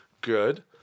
Good